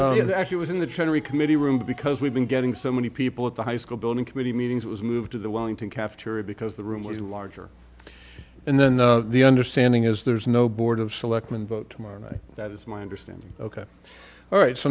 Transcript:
you actually was in the treasury committee room because we've been getting so many people at the high school building committee meetings was moved to the wellington cafeteria because the room was larger and then the understanding is there's no board of selectmen vote tomorrow night that is my understanding ok all right so